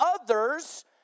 others